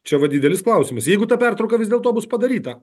čia va didelis klausimas jeigu ta pertrauka vis dėlto bus padaryta